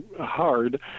hard